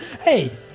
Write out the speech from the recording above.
Hey